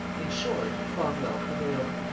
in short, cromwel prevailed.